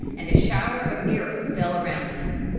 and a shower of arrows fell around them.